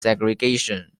segregation